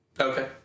Okay